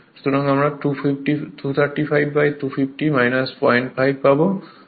সুতরাং আমরা 235 250 05 পাবো